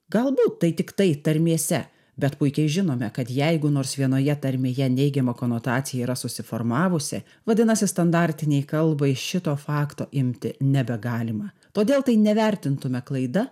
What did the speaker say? galbūt tai tiktai tarmėse bet puikiai žinome kad jeigu nors vienoje tarmėje neigiama konotacija yra susiformavusi vadinasi standartinei kalbai šito fakto imti nebegalima todėl tai nevertintumėme klaida